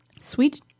Sweet